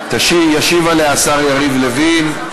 ישיב עליה השר יריב לוין.